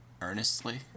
earnestly